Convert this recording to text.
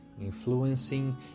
influencing